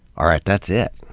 all right that's it.